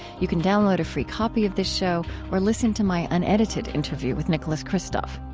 you can download a free copy of this show or listen to my unedited interview with nicholas kristof.